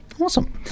Awesome